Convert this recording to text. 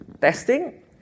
Testing